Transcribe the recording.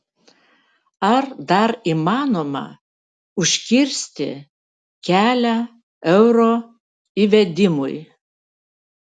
ar dar įmanoma užkirsti kelią euro įvedimui